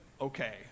okay